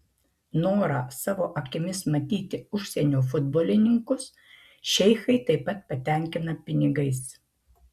norą savo akimis matyti užsienio futbolininkus šeichai taip pat patenkina pinigais